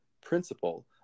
principle